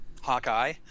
hawkeye